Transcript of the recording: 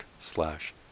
slash